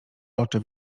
oczy